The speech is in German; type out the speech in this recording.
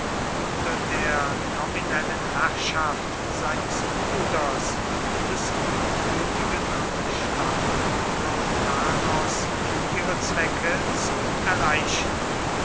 unter der nominellen herrschaft seines bruders des gutmütigen und schlaffen hyrkanos ihre zwecke zu erreichen